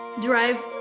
drive